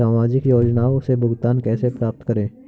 सामाजिक योजनाओं से भुगतान कैसे प्राप्त करें?